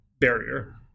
Barrier